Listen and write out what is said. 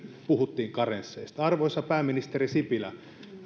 puhuttiin karensseista arvoisa pääministeri sipilä